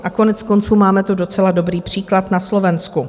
A koneckonců máme tu docela dobrý příklad na Slovensku.